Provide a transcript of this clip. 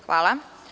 Hvala.